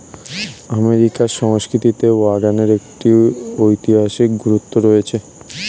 আমেরিকার সংস্কৃতিতে ওয়াগনের একটি ঐতিহাসিক গুরুত্ব রয়েছে